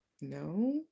No